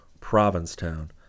Provincetown